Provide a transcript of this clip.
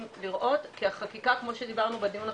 לראות כי החקיקה כמו שדיברנו בדיון הקודם,